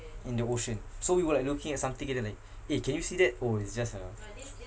in the ocean so we were like looking at something and then like eh can you see that orh it's just a